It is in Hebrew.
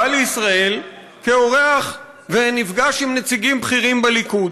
בא לישראל כאורח ונפגש עם נציגים בכירים בליכוד,